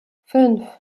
fünf